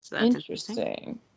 Interesting